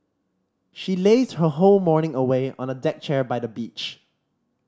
she lazed her whole morning away on a deck chair by the beach